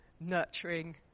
nurturing